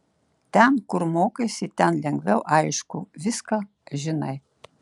ten kur mokaisi ten lengviau aišku viską žinai